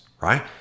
right